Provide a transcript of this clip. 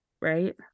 Right